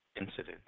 incident